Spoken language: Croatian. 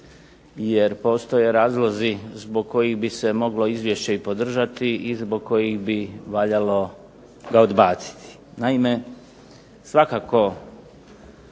jer postoje razlozi zbog kojih bi se moglo izvješće i podržati i zbog kojih bi valjalo ga odbaciti. Naime svakako